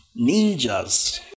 ninjas